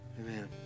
Amen